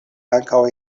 ankaŭ